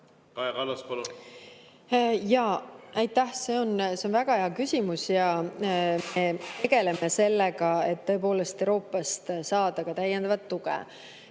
Kaja Kallas, palun! Jaa, aitäh! See on väga hea küsimus. Me tegeleme sellega, et tõepoolest Euroopast saada ka täiendavat tuge.